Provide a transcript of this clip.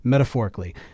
Metaphorically